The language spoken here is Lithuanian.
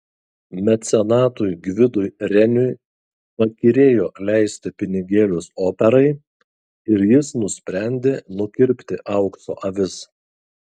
mecenatui gvidui reniui pakyrėjo leisti pinigėlius operai ir jis nusprendė nukirpti aukso avis